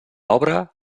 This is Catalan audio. obra